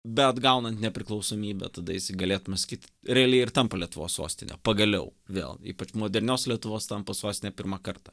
beatgaunant nepriklausomybę tada jisai galėtume sakyt realiai ir tampa lietuvos sostine pagaliau vėl ypač modernios lietuvos tampa sostine pirmą kartą